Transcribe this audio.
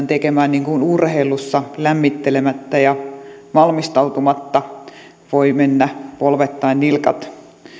tekemään niin kuin urheilussa lämmittelemättä ja valmistautumatta voivat mennä polvet tai nilkat